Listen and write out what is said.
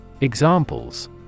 Examples